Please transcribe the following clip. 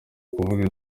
kuvuga